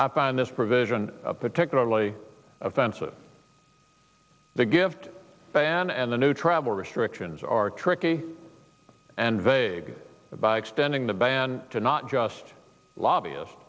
in this provision particularly offensive the gift ban and the new travel restrictions are tricky and vague by extending the ban to not just lobbyist